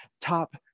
top